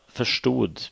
förstod